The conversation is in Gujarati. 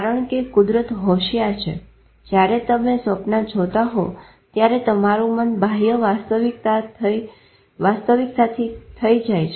કારણ કે કુદરત હોશિયાર છે જયારે તમે સ્વપ્ન જોતા હો ત્યારે તમારું મન બાહ્ય વાસ્તવિકતાથી થઇ જાય છે